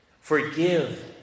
Forgive